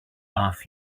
off